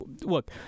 look